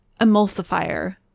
emulsifier